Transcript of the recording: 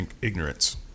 ignorance